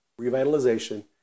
revitalization